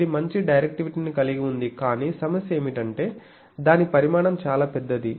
ఇది మంచి డైరెక్టివిటీని కలిగి ఉంది కాని సమస్య ఏమిటంటే దాని పరిమాణం చాలా పెద్దది